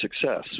success